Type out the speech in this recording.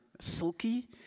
Silky